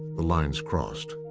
the lines crossed.